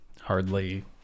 Hardly